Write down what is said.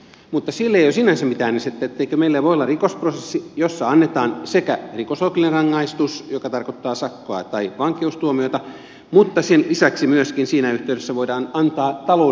mutta sille ei ole sinänsä mitään estettä etteikö meillä voi olla rikosprosessi jossa annetaan sekä rikosoikeudellinen rangaistus joka tarkoittaa sakkoa tai vankeustuomiota mutta sen lisäksi myöskin siinä yhteydessä voidaan antaa taloudellinen rangaistus